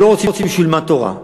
שלא רוצים שילמד תורה,